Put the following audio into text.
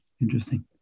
Interesting